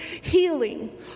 healing